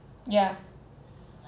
yeah